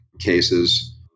cases